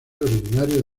originario